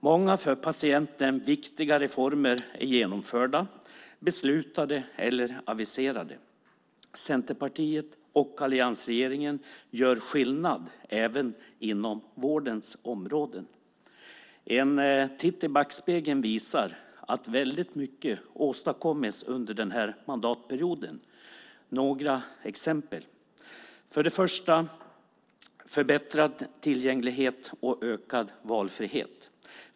Många för patienten viktiga reformer är genomförda, beslutade eller aviserade. Centerpartiet och alliansregeringen gör skillnad även inom vårdens områden. En titt i backspegeln visar att väldigt mycket åstadkommits under denna mandatperiod. Jag ska ta några exempel. 1. Förbättrad tillgänglighet och ökad valfrihet.